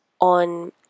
on